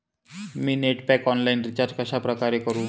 मी net pack online recharge कशाप्रकारे करु?